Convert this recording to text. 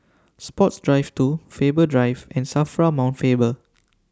Sports Drive two Faber Drive and SAFRA Mount Faber